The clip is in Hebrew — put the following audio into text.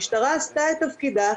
המשטרה עשתה את תפקידה,